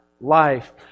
life